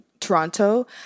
Toronto